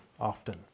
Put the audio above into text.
often